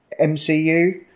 MCU